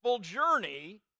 journey